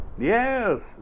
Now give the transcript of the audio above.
Yes